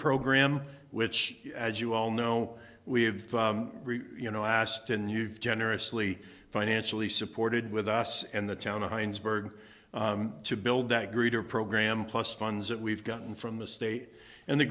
program which as you all know we have you know aston you've generously financially supported with us and the town of heinz berg to build that greeter program plus funds that we've gotten from the state and the